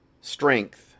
strength